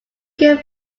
could